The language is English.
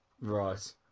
Right